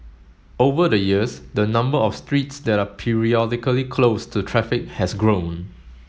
over the years the number of streets that are periodically closed to traffic has grown